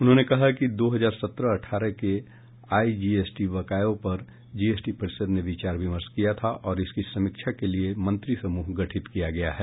उन्होंने कहा कि दो हजार सत्रह अठारह के आईजीएसटी बकायों पर जीएसटी परिषद ने विचार विमर्श किया था और इसकी समीक्षा के लिए मंत्री समूह गठित किया गया है